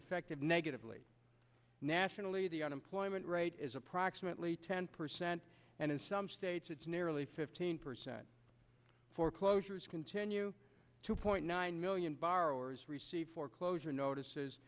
affected negatively nationally the unemployment rate is approximately ten percent and in some states it's nearly fifteen percent foreclosures continue to point nine million borrowers received foreclosure notices